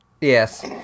Yes